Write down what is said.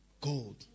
Gold